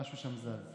משהו שם זז.